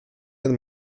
jen